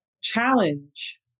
challenge